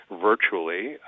virtually